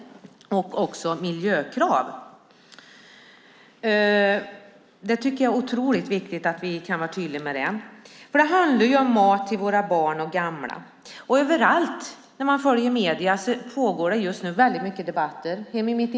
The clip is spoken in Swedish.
Det är viktigt att vi kan vara tydliga med det, för det handlar om mat till våra barn och gamla. Överallt i medierna pågår det just nu debatter om detta.